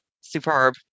Superb